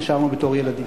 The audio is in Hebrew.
ששרנו בתור ילדים.